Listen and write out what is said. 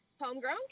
Homegrown